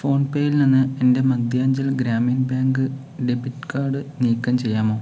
ഫോൺപേയിൽ നിന്ന് എൻ്റെ Madhyanchal Gramin bank debit card നീക്കം ചെയ്യാമോ